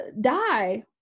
die